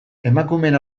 emakumeen